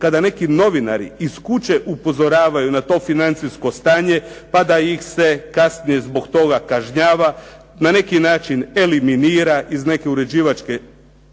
kada neki novinari iz kuće upozoravaju na to financijsko stanje pa da ih se kasnije zbog toga kažnjava, na neki način eliminira iz neke uređivačke